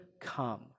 come